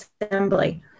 assembly